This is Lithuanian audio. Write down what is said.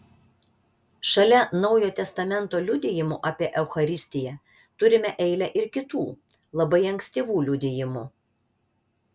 šalia naujo testamento liudijimų apie eucharistiją turime eilę ir kitų labai ankstyvų liudijimų